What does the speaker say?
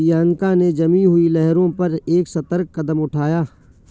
Bianca ने जमी हुई लहरों पर एक सतर्क कदम उठाया